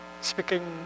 speaking